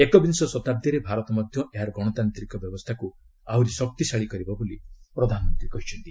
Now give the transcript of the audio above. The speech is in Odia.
ଏକବିଂଶ ଶତାବ୍ଦୀରେ ଭାରତ ମଧ୍ୟ ଏହାର ଗଣତାନ୍ତ୍ରିକ ବ୍ୟବସ୍ଥାକୁ ଆହୁରି ମଜବୁତ୍ କରିବ ବୋଲି ପ୍ରଧାନମନ୍ତ୍ରୀ କହିଛନ୍ତି